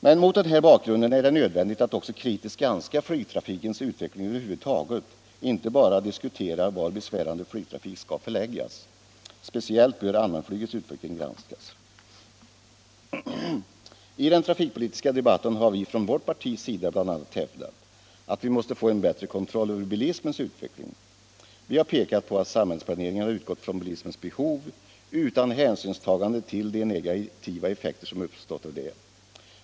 Mot denna bakgrund är det nödvändigt att också kritiskt granska flygtrafikens utveckling över huvud taget, inte bara diskutera var besvärande flygtrafik skall förläggas. Speciellt bör allmänflygets utveckling granskas. I den trafikpolitiska debatten har vi från vårt partis sida bl.a. hävdat, att man måste få en bättre kontroll över bilismens utveckling. Vi har pekat på att samhällsplaneringen har utgått ifrån bilismens behov utan hänsynstagande till de negativa effekter som uppstått av detta.